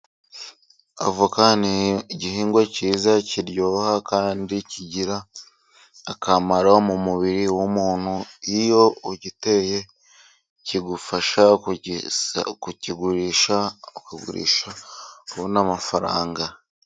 Avoka ni igihingwa cyiza kiryoha kandi kigira akamaro mu mubiri w'umuntu ,iyo ugiteye kigufasha kukigurisha, ukagurisha ukabona n'amafaranga.